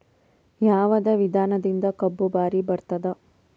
ಯಾವದ ವಿಧಾನದಿಂದ ಕಬ್ಬು ಭಾರಿ ಬರತ್ತಾದ?